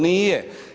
Nije.